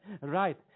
Right